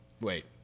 Wait